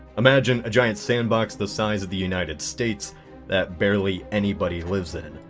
imagine a giant sandbox the size of the united states that barely anybody lives in.